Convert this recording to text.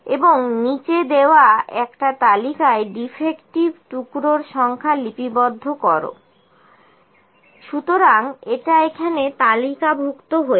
এবং নিচে দেওয়া একটা তালিকায় ডিফেক্টিভ টুকরোর সংখ্যা লিপিবদ্ধ করো সুতরাং এটা এখানে তালিকাভুক্ত হয়েছে